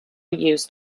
used